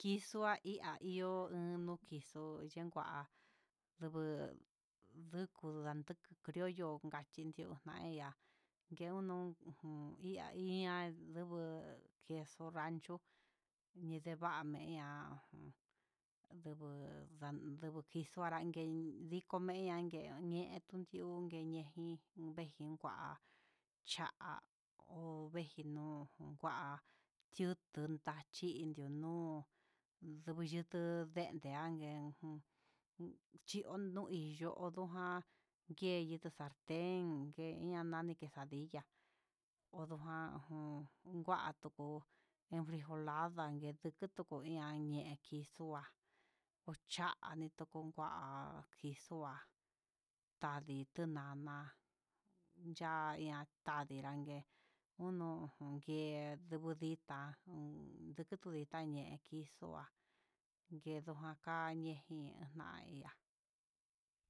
Kixo'a inka ihó no kixo uyenkua, ndubu ndunku nanduku crioyo konka chí noai'a, yenun jun ihá ihan, ndubu queso rancho ñevaia meña ujun, ndubu ndubu kixo'o anranken, dikon anranken ndentiun ndi'ú, unke ñejin ndeji kua cha'a hó, vedji nuu kuá ndiundu ndachi ndiundu nuu nundu ndutu yendii anguen, jun chi'ó no he yo'o odujan yeini salten, nguen ya nani quesadilla odonjan ngun ngua, atuku enfrijolada ngue ituku ian ñe'e kixua ochani ndukun ku'a, kixua tadii tinana, ya'a ian tandii nrague unun ngungie ndu ditá diketu ndita ñee kii, xoa ndedu akañe jin jaindia.